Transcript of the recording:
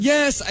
Yes